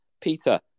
Peter